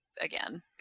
again